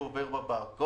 והוא עובר בפארק.